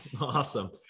Awesome